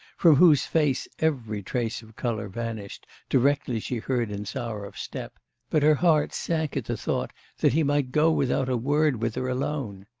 from whose face every trace of colour vanished, directly she heard insarov's step but her heart sank at the thought that he might go without a word with her alone.